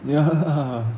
ya